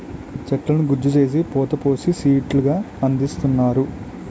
చెట్లను గుజ్జు చేసి పోత పోసి సీట్లు గా అందిస్తున్నారు